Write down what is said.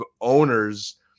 owners